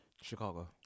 Chicago